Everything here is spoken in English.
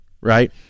right